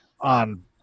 on